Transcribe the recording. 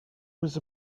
was